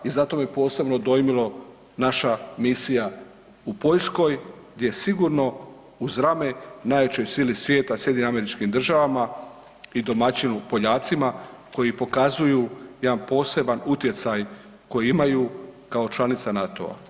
I zato me posebno dojmilo naša misija u Poljskoj gdje sigurno uz rame najvećoj sili svijeta SAD-u i domaćinu Poljacima koji pokazuju jedan poseban utjecaj koji imaju kao članica NATO-a.